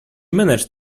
managed